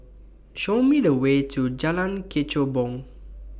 Show Me The Way to Jalan Kechubong